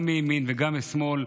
גם מימין וגם משמאל,